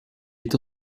est